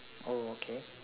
oh okay